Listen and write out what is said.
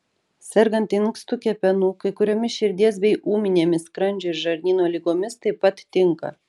sergant inkstų kepenų kai kuriomis širdies bei ūminėmis skrandžio ir žarnyno ligomis taip pat tinka